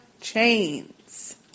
Chains